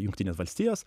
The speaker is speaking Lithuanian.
jungtines valstijas